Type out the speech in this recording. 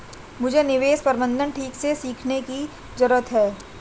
मुझे निवेश प्रबंधन ठीक से सीखने की जरूरत है